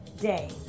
day